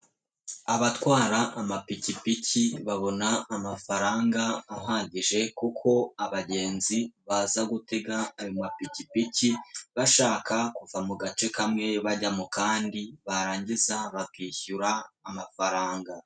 Abatwara amapikipiki babona amafaranga ahagije kuko abagenzi, baza gutega ayo mapikipiki, bashaka kuva mu gace kamwe, bajya mu kandi, barangiza bakishyura amafaranga.